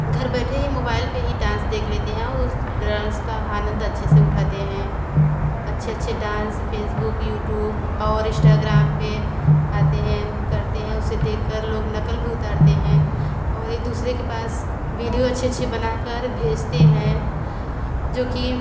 घर बैठे की मोबाइल पे ही डांस देख लेते हैं और उस दांस का आनंद अच्छे से उठाते हैं अच्छे अच्छे डांस यूटूब और इश्टाग्राम पे आते हैं करते हैं उसे देखकर लोग नकल भी उतारते हैं और एक दूसरे के पास वीडियो अच्छी अच्छी बनाकर भेजते हैं जोकि